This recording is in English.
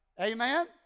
Amen